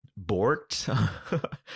borked